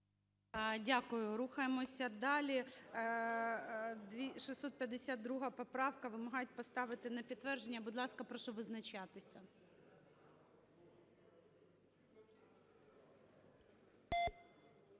Дякую. Рухаємося далі. 652 поправка. Вимагають поставити на підтвердження. Будь ласка, прошу визначатися.